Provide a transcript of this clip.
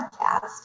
podcast